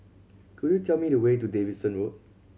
could you tell me the way to Davidson Road